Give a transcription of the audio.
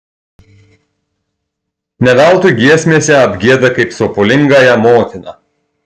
ne veltui giesmės ją apgieda kaip sopulingąją motiną